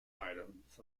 items